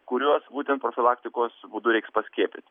kuriuos būtent profilaktikos būdu reiks paskiepyt